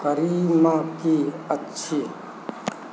कढ़ीमे की अछि